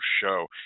Show